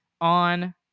on